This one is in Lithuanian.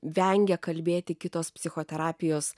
vengia kalbėti kitos psichoterapijos